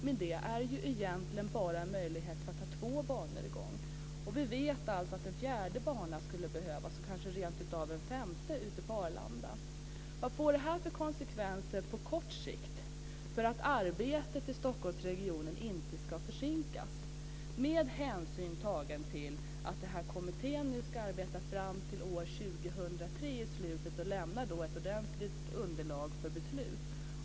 Men det är ju egentligen bara möjligt att ha två banor i gång. Och vi vet alltså att en fjärde bana skulle behövas och kanske rentav en femte på Arlanda. Vad får detta för konsekvenser på kort sikt för att arbetet i Stockholmsregionen inte ska försinkas med hänsyn tagen till att den här kommittén nu ska arbeta fram till slutet av år 2003 och då lämna ett ordentligt underlag för beslut?